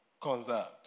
conserved